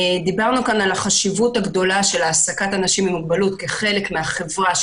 דיברנו כאן על החשיבות הגדולה של העסקת אנשים עם מוגבלות כחלק מהחברה.